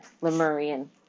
Lemurian